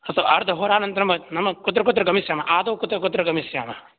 हा तु अर्धहोरानन्तरं मम कुत्र कुत्र गमिष्यामः आदौ कुत्र कुत्र गमिष्यामः